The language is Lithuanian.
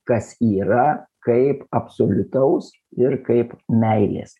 kas yra kaip absoliutaus ir kaip meilės